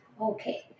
Okay